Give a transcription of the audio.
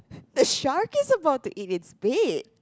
a shark is about to eat it's bait